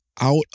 out